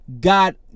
God